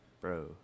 Bro